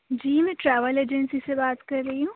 جی میں travel agency سے بات کر رہی ہوں